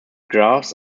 graphs